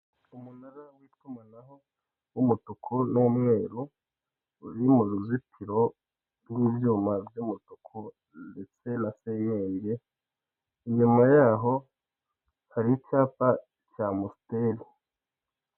Umunara w'itumanaho w'umutuku n'umweru uri mu ruzitiro rw'ibyuma by'umutuku ndetse na senyenge, inyuma yaho hari icyapa cya amusiteri.